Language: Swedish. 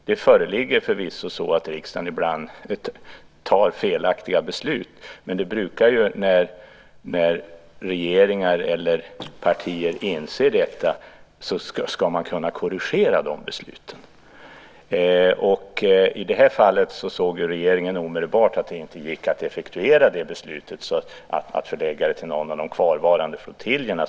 Det händer förvisso att riksdagen ibland tar felaktiga beslut, men man brukar när regering eller partier inser detta kunna korrigera sådana beslut. I det här fallet såg regeringen omedelbart att det inte gick att effektuera beslutet om förläggning till någon av de kvarvarande flottiljerna.